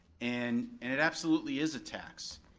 and and it absolutely is a tax.